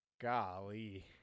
Golly